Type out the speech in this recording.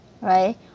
right